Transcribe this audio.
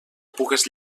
pugues